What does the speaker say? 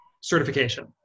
certification